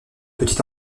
petite